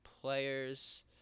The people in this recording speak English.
players